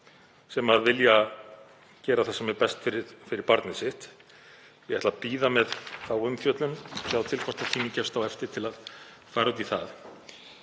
sem vilja gera það sem er best fyrir barnið sitt. Ég ætla að bíða með þá umfjöllun, sjá til hvort tími gefst á eftir til að fara út í það,